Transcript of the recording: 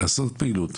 לעשות פעילות,